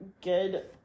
good